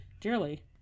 dearly